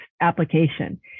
application